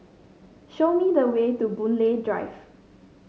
show me the way to Boon Lay Drive